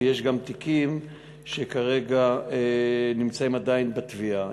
ויש גם תיקים שכרגע נמצאים עדיין בתביעה.